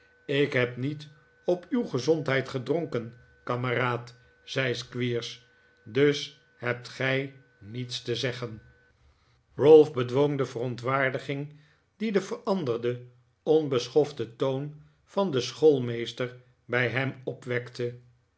ik heb niet op u w gezondheid gedronken kameraad zei squeers dus hebt gij niets te zeggen ralph bedwong de verontwaardiging die de veranderde onbeschofte toon van den schoolmeester bij hem opwekte